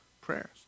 prayers